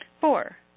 four